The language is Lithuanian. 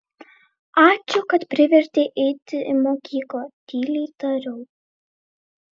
ačiū kad privertei eiti į mokyklą tyliai tariau